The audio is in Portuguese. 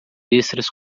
extras